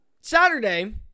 Saturday